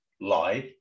live